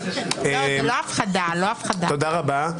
תודה.